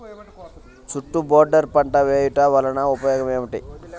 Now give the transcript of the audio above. చుట్టూ బోర్డర్ పంట వేయుట వలన ఉపయోగం ఏమిటి?